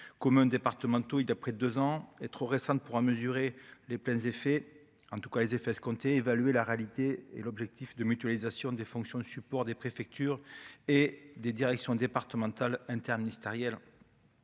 communes, départements, de tout, il a près 2 ans est trop récente pour en mesurer les pleins effets en tout cas les effets escomptés : évaluer la réalité et l'objectif de mutualisation des fonctions de support des préfectures et des directions départementales interministérielles